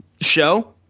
show